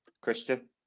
Christian